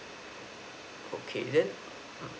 okay then mm